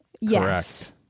Yes